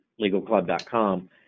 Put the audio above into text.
legalclub.com